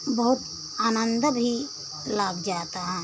बहुत आनंद भी लग जाता है